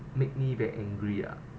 make me very angry ah